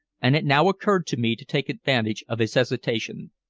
and it now occurred to me to take advantage of his hesitation.